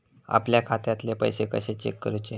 आपल्या खात्यातले पैसे कशे चेक करुचे?